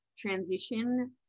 transition